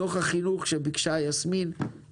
דוח החינוך שביקשה חברת הכנסת יסמין פרידמן